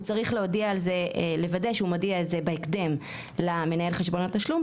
הוא צריך לוודא שהוא מודיע את זה בהקדם למנהל חשבון התשלום,